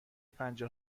پنجاه